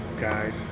guys